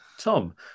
Tom